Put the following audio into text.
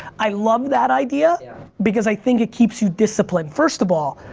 i love that idea yeah because i think it keeps you disciplined. first of all,